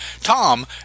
Tom